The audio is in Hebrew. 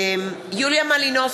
(קוראת בשמות חברי הכנסת) יוליה מלינובסקי,